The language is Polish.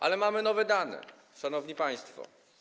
Ale mamy nowe dane, szanowni państwo.